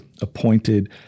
appointed